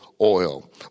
oil